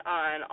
on